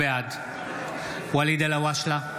בעד ואליד אלהואשלה,